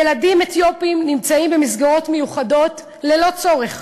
ילדים אתיופים נמצאים במסגרות מיוחדות ללא צורך,